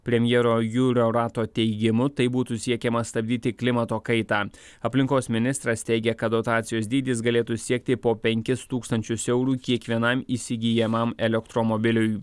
premjero jurio rato teigimu taip būtų siekiama stabdyti klimato kaitą aplinkos ministras teigia kad dotacijos dydis galėtų siekti po penkis tūkstančius eurų kiekvienam įsigyjamam elektromobiliui